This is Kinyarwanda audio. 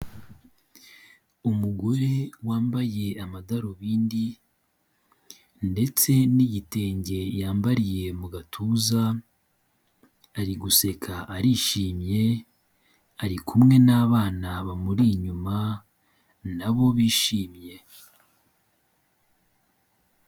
Umugore wambaye amadarubindi ndetse n'igitenge yambariye mu gatuza, ari guseka arishimye ari kumwe n'abana bamuri inyuma nabo bishimye.